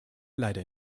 leider